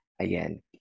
again